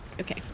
Okay